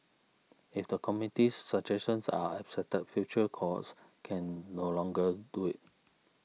if the committee's suggestions are accepted future cohorts can no longer do it